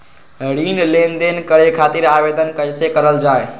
ऋण लेनदेन करे खातीर आवेदन कइसे करल जाई?